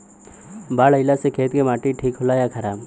बाढ़ अईला से खेत के माटी ठीक होला या खराब?